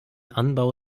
anbau